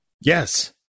Yes